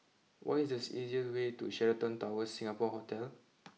what is the easiest way to Sheraton Towers Singapore Hotel